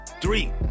Three